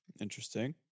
Interesting